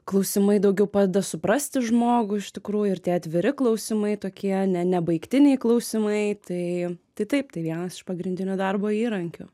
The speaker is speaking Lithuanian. klausimai daugiau padeda suprasti žmogų iš tikrųjų ir tie atviri klausimai tokie ne nebaigtiniai klausimai tai tai taip tai vienas iš pagrindinių darbo įrankių